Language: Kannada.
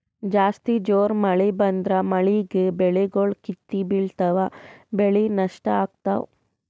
ಜಾಸ್ತಿ ಜೋರ್ ಮಳಿ ಬಂದ್ರ ಮಳೀಗಿ ಬೆಳಿಗೊಳ್ ಕಿತ್ತಿ ಬಿಳ್ತಾವ್ ಬೆಳಿ ನಷ್ಟ್ ಆಗ್ತಾವ್